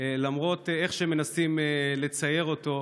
למרות איך שמנסים לצייר אותו.